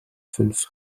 fünf